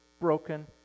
broken